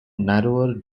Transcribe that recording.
narrower